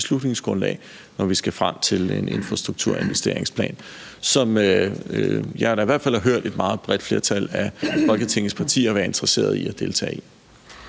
beslutningsgrundlag, når vi skal frem til en infrastrukturinvesteringsplan, som jeg da i hvert fald har hørt at et meget bredt flertal af Folketingets partier vil være interesseret i at deltage i.